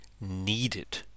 needed